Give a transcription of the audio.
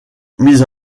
mise